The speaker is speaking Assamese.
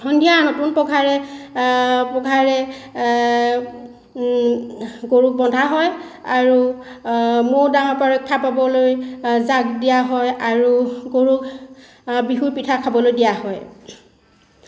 সন্ধিয়া নতুন পঘাৰে পঘাৰে গৰুক বন্ধা হয় আৰু ম'হ দাহৰ পৰা ৰক্ষা পাবলৈ জাক দিয়া হয় আৰু গৰুক বিহুৰ পিঠা খাবলৈ দিয়া হয়